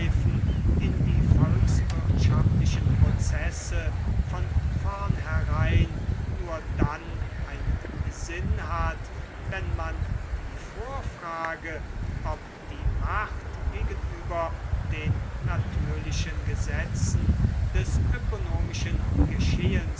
in die volkswirtschaftlichen prozesse von vornherein nur dann einen sinn hat wenn man die vorfrage ob die macht gegenüber den natürlichen gesetzen des ökonomischen geschehens